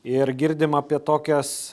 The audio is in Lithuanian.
ir girdim apie tokias